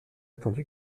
attendu